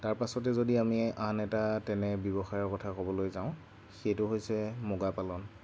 তাৰপাছতে যদি আমি আন এটা তেনে ব্যৱসায়ৰ কথা ক'বলৈ যাওঁ সেইটো হৈছে মুগা পালন